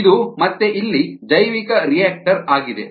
ಇದು ಮತ್ತೆ ಇಲ್ಲಿ ಜೈವಿಕರಿಯಾಕ್ಟರ್ ಆಗಿದೆ